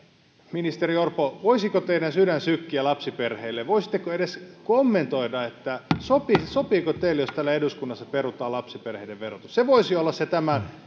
ministeri orpo voisiko teidän sydän sykkiä lapsiperheille voisitteko edes kommentoida sopiiko teille että täällä eduskunnassa perutaan lapsiperheiden verotus se voisi olla se